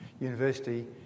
university